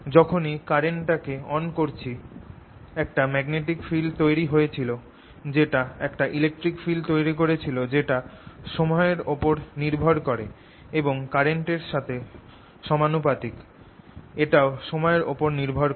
যখনি কারেন্টটাকে অন করেছি একটা ম্যাগনেটিক ফিল্ড তৈরি হয়েছিল যেটা একটা ইলেকট্রিক ফিল্ড তৈরি করেছিল যেটা সময়ের ওপর নির্ভর করে এবং কারেন্ট এর সাথে সমানুপাতিক এটাও সময়ের ওপর নির্ভর করে